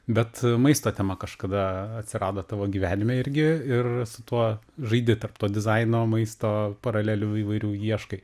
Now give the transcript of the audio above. bet maisto tema kažkada atsirado tavo gyvenime irgi ir su tuo žaidi tarp to dizaino maisto paralelių įvairių ieškai